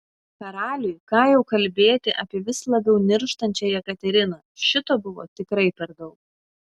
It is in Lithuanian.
karaliui ką jau kalbėti apie vis labiau nirštančią jekateriną šito buvo tikrai per daug